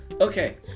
Okay